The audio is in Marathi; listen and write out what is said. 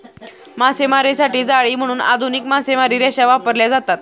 मासेमारीसाठी जाळी म्हणून आधुनिक मासेमारी रेषा वापरल्या जातात